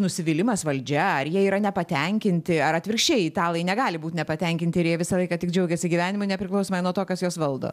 nusivylimas valdžia ar jie yra nepatenkinti ar atvirkščiai italai negali būt nepatenkinti ir jie visą laiką tik džiaugiasi gyvenimu nepriklausomai nuo to kas juos valdo